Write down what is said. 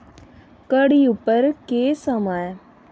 घड़ी उप्पर केह् समां ऐ